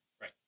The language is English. Right